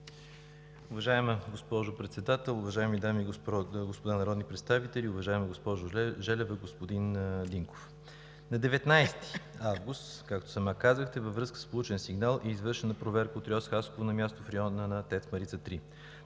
Уважаема госпожо Председател, уважаеми дами и господа народни представители, уважаеми госпожо Желева и господин Динков! На 19 август, както сама казахте, във връзка с получен сигнал е извършена проверка от РИОСВ – Хасково, на място в района на ТЕЦ „Марица 3“.